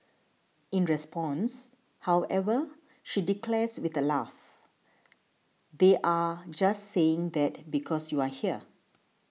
in response however she declares with a laugh they're just saying that because you're here